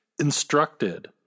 instructed